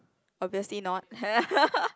obviously not